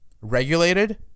regulated